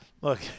Look